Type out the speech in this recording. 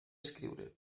escriure